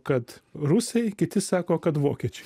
kad rusai kiti sako kad vokiečiai